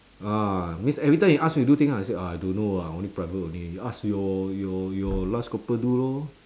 ah means every time he ask you to do things right I say ah I don't know ah I only private only you ask your your your lance corporal do loh